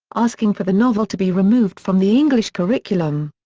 asking for the novel to be removed from the english curriculum.